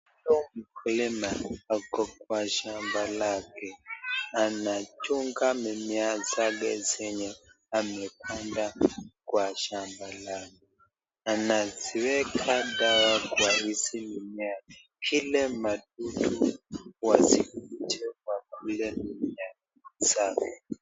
Huyu mkulima ako kwa shamba lake, anachunga mimea zake zenye amepanda kwa shamba lake, anaziweka dawa kwa hizi mimea, ili wadudu wasikuje kwa hii mimea zake.